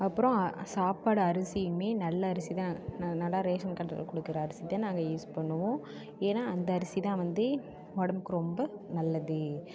அப்றம் சாப்பாடு அரிசியுமே நல்ல அரிசி தான் நல்லா ரேஷன் கடையில் கொடுக்குற அரிசி தான் நாங்கள் யூஸ் பண்ணுவோம் ஏன்னா அந்த அரிசி தான் வந்து உடம்புக்கு ரொம்ப நல்லது